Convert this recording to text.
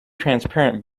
transparent